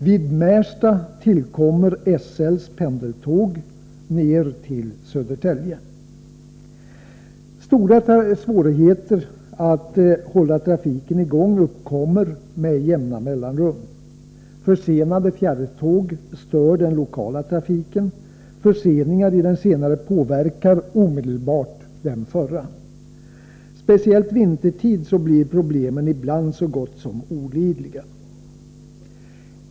Vid Märsta tillkommer SL:s pendeltåg till Södertälje. Stora svårigheter att hålla trafiken i gång uppkommer också med jämna mellanrum. Försenade fjärrtåg stör den lokala trafiken, och förseningar i den senare påverkar omedelbart den förra. Speciellt vintertid blir problemen ibland så gott som olidliga.